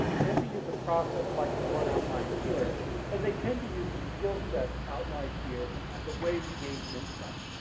tend to use a process like the one outlined here and they tend to use the skill set outlined here as a way to gain insight.